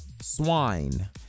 swine